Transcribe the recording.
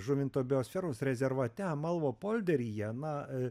žuvinto biosferos rezervate amalvo polderyje na